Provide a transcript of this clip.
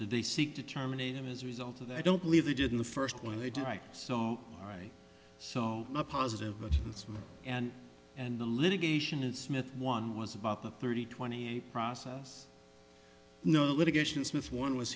t they seek to terminate him as a result of that i don't believe they did in the first one they did right so all right so not positive but it's one and and the litigation is smith one was about thirty twenty eight process no litigation smith one was